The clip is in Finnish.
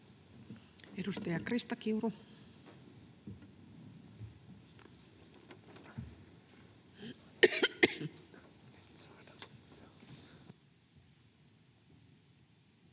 Edustaja Krista Kiuru.